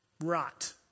Rot